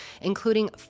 including